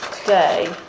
today